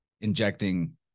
injecting